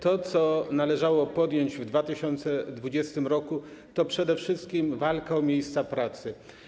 To, co należało podjąć w 2020 r., to przede wszystkim walka o miejsca pracy.